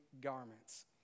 garments